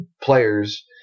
players